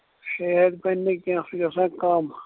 شیکھ بَنٕنہِ کیٚنٛہہ سُہ چھُ آسان کَم